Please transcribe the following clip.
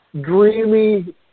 dreamy